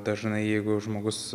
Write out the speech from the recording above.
dažnai jeigu žmogus